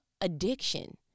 addiction